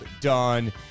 done